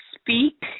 speak